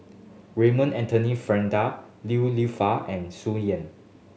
Raymond Anthony Fernando Li Lienfung and Tsung Yeh